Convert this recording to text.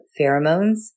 pheromones